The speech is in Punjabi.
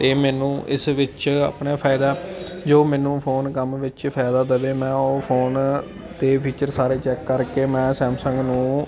ਤਾਂ ਮੈਨੂੰ ਇਸ ਵਿੱਚ ਆਪਣੇ ਫ਼ਾਇਦਾ ਜੋ ਮੈਨੂੰ ਫੋਨ ਕੰਮ ਵਿੱਚ ਫ਼ਾਇਦਾ ਦੇਵੇ ਮੈਂ ਉਹ ਫੋਨ ਦੇ ਫੀਚਰ ਸਾਰੇ ਚੈੱਕ ਕਰਕੇ ਮੈਂ ਸੈਮਸੰਗ ਨੂੰ